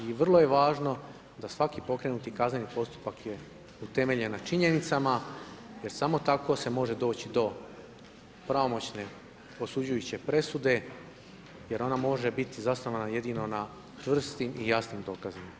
I vrlo je važno da svaki pokrenuti kazneni postupak je utemeljen na činjenicama jer samo tako se može doći do pravomoćne osuđujuće presude jer ona može biti zasnovana jedino na čvrstim i jasnim dokazima.